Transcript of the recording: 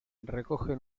recoge